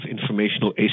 informational